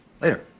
Later